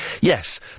Yes